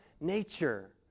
nature